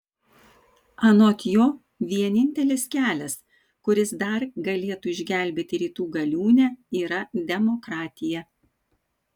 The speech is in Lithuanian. anot jo vienintelis kelias kuris dar galėtų išgelbėti rytų galiūnę yra demokratija